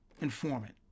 informant